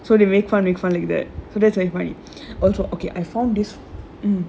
so they make funny for like that suresh like fine that so that's okay I found this